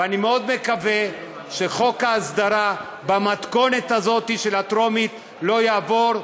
ואני מאוד מקווה שחוק ההסדרה במתכונת הזאת של הטרומית לא יעבור,